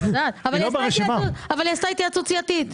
אני יודעת, אבל היא עשתה התייעצות סיעתית.